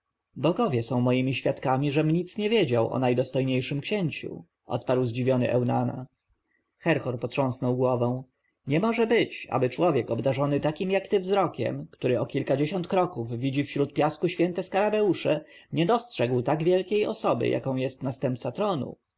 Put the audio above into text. bogowie są moimi świadkami żem nic nie wiedział o najdostojniejszym księciu odparł zdziwiony eunana herhor potrząsnął głową nie może być ażeby człowiek obdarzony takim jak ty wzrokiem który o kilkadziesiąt kroków widzi wśród piasku święte skarabeusze nie dostrzegł tak wielkiej osoby jaką jest następca tronu